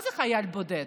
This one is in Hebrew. מה זה חייל בודד?